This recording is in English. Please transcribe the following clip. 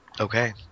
Okay